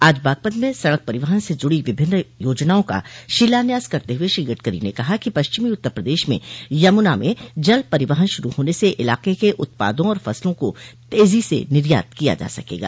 आज बागपत में सड़क परिवहन से जुड़ी विभिन्न योजनाओं का शिलान्यास करते हुए श्री गडकरी ने कहा कि पश्चिम उत्तर प्रदेश में यमुना में जल परिवहन शुरू होने से इलाके के उत्पादों और फसलों को तेजी से निर्यात किया जा सकेगा